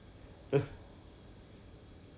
该次 hang new hang out place liao ah 是不是